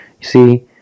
see